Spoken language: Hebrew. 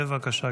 בבקשה,